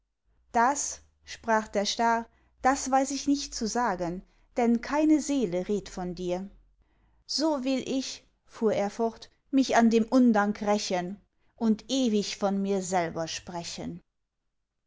das sprach der star das weiß ich nicht zu sagen denn keine seele redt von dir so will ich fuhr er fort mich an dem undank rächen und ewig von mir selber sprechen